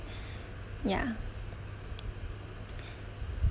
ya